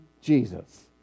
Jesus